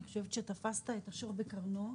אני חושבת שתפסת את השור בקרנו,